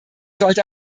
sollte